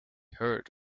herd